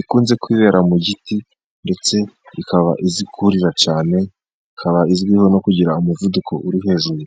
Ikunze kwibera mu giti ndetse ikaba izi kurira cyane , ikaba izwiho no kugira umuvuduko uri hejuru.